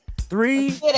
Three